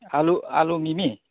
आलु आलु मिमी